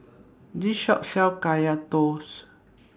This Shop sells Kaya Toast